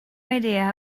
idea